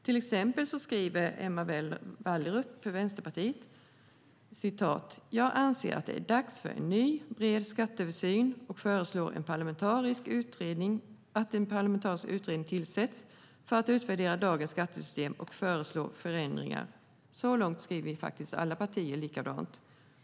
Till exempel skriver Vänsterpartiets Emma Wallrup: "Jag anser att det är dags för en ny, bred skatteöversyn och föreslår att en parlamentarisk utredning tillsätts för att utvärdera dagens skattesystem och föreslå förändringar." Så långt skriver alla partier likadant.